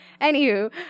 anywho